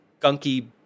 gunky